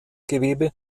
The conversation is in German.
gewebe